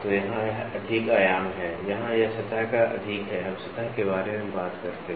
तो यहाँ यह अधिक आयाम है यहाँ यह सतह का अधिक है हम सतह के बारे में बात करते हैं